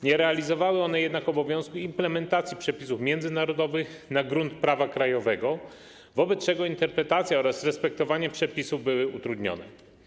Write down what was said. Nie realizowały one jednak obowiązku implementacji przepisów międzynarodowych na grunt prawa krajowego, wobec czego interpretacja oraz respektowanie przepisów były utrudnione.